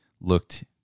looked